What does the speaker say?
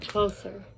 Closer